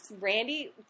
Randy